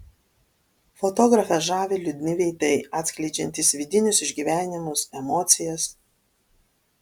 fotografę žavi liūdni veidai atskleidžiantys vidinius išgyvenimus emocijas